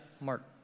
Mark